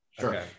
Sure